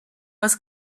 was